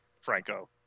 Franco